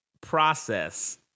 process